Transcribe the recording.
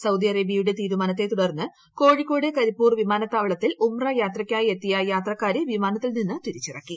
Saudi അറേബ്യയുടെ തീരുമാനത്തെ തുടർന്ന് കോഴിക്കോട് കരിപ്പൂർ വിമാനത്താവളത്തിൽ നിന്ന് ഉംറ യാത്രയ്ക്കായി എത്തിയ യാത്രക്കാരെ വിമാനത്തിൽ നിന്ന് തിരിച്ചിറക്കി